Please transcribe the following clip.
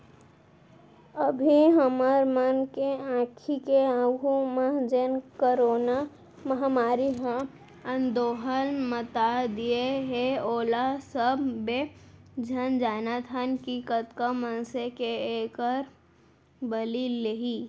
अभी हमर मन के आंखी के आघू म जेन करोना महामारी ह अंदोहल मता दिये हे ओला सबे झन जानत हन कि कतका मनसे के एहर बली लेही